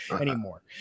anymore